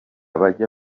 bajya